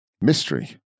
mystery